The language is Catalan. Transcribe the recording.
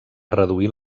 reduir